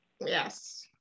yes